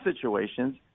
situations